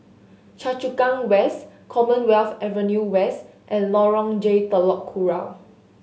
Choa Chu Kang West Commonwealth Avenue West and Lorong J Telok Kurau